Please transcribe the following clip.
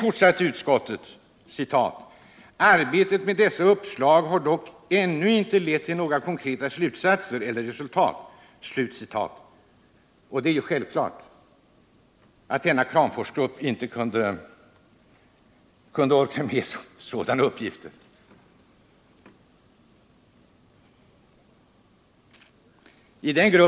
Utskottet fortsatte: ”Arbetet med dessa uppslag har dock ännu inte lett till några konkreta slutsatser eller resultat.” Det är självklart att denna grupp inte kunde orka med att uppnå några resultat.